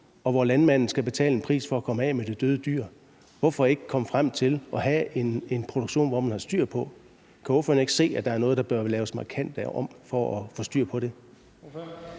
og hvor landmanden skal betale en pris for at komme af med de døde dyr. Hvorfor ikke komme frem til at have en produktion, hvor man har styr på det? Kan ordføreren ikke se, at der er noget, der bør laves markant om, for at få styr på det?